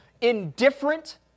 indifferent